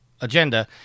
agenda